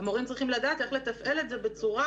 המורים צריכים לדעת איך לתפעל את זה בצורה